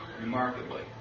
remarkably